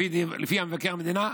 על פי מבקר המדינה,